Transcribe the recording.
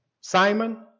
Simon